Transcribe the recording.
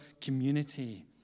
community